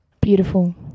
Beautiful